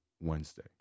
Wednesday